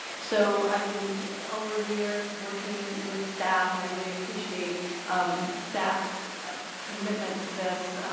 so i have been over the years working with staff and i really appreciate staff's commitment to this.